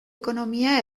ekonomia